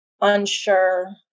unsure